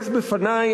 יש בפני,